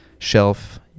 Shelf